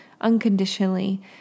unconditionally